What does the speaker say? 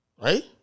Right